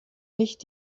nicht